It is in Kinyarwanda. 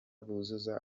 buzuza